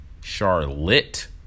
charlotte